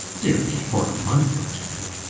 dear me! for a month or two